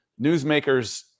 newsmakers